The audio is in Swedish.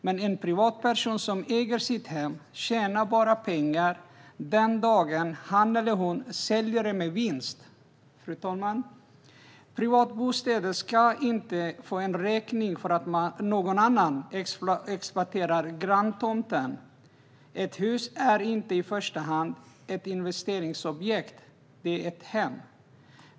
Men en privatperson som äger sitt hem tjänar bara pengar den dagen han eller hon säljer det med vinst. Fru talman! Privatbostäder ska inte få en räkning för att någon annan exploaterar granntomten. Ett hus är inte i första hand ett investeringsobjekt. Det är ett hem.